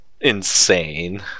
insane